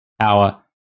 power